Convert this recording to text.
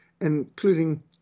including